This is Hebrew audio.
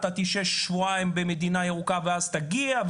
תשהה שבועיים במדינה ירוקה ואז תגיע,